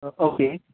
okay